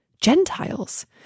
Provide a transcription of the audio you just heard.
Gentiles